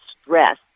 stress